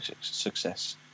success